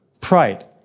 pride